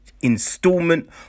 installment